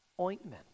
ointment